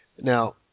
now